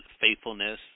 faithfulness